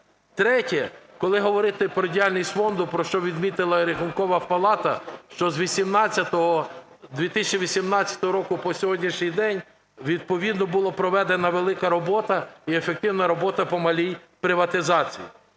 Третє. Коли говорити про діяльність фонду, про що відмітила Рахункова палата, що з 2018 року по сьогоднішній день відповідно була проведена велика робота і ефективна робота по малій приватизації.